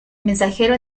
mensajero